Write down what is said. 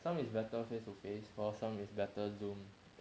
some is better face to face for some is better zoom